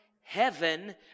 heaven